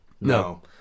No